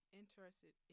interested